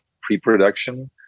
pre-production